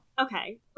Okay